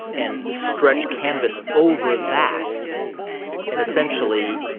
and stretch canvas over that and, essentially,